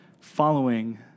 following